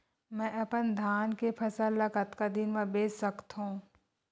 मैं अपन धान के फसल ल कतका दिन म बेच सकथो?